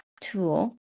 tool